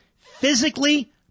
Physically